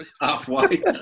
Halfway